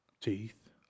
Teeth